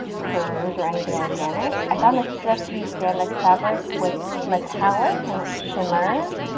curves, or anything organic. i found this stretchy spandex fabric, with metallic, and it shimmers.